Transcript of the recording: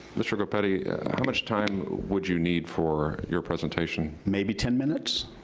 mr. groppetti, how much time would you need for your presentation? maybe ten minutes,